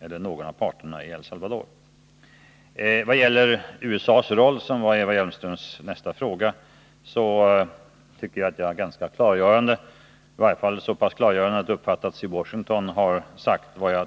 någon av parterna i El Salvador. När det gäller USA:s roll, som Eva Hjelmströms andra fråga gällde, tycker jagatt jag gjort ganska klargörande uttalanden —i varje fall så klargörande att de uppfattats i Washington — om den.